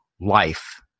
life